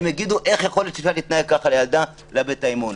הם יגידו: איך יכול להיות שאפשר להתנהג ככה לילדה ולאבד את האמון?